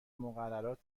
مقررات